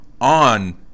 on